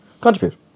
contribute